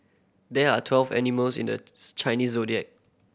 there are twelve animals in the Chinese Zodiac